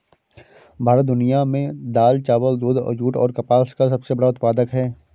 भारत दुनिया में दाल, चावल, दूध, जूट और कपास का सबसे बड़ा उत्पादक है